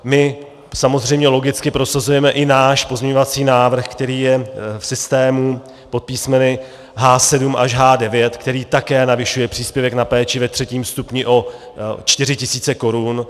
My samozřejmě logicky prosazujeme i náš pozměňovací návrh, který je v systému pod písmeny H7 až H9, který také navyšuje příspěvek na péči ve třetím stupni o 4 000 korun.